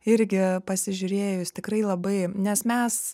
irgi pasižiūrėjus tikrai labai nes mes